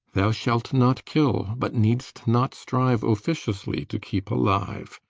thou shalt not kill, but needst not strive officiously to keep alive.